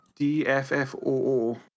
DFFOO